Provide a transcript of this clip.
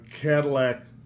cadillac